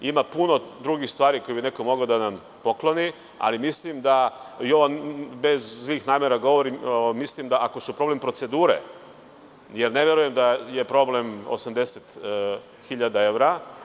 Ima puno drugih stvari koje bi neko mogao da nam pokloni, ali mislim da, bez zlih namera govorim, mislim da ako su problem procedure, jer ne verujem da je problem 80.000 evra.